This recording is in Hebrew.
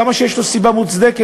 כמה שיש לו סיבה מוצדקת,